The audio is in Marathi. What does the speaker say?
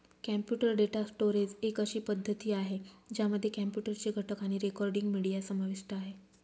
कॉम्प्युटर डेटा स्टोरेज एक अशी पद्धती आहे, ज्यामध्ये कॉम्प्युटर चे घटक आणि रेकॉर्डिंग, मीडिया समाविष्ट आहे